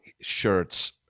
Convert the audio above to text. shirts